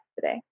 today